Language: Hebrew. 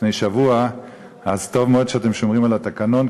אז טוב מאוד שאתם שומרים על התקנון,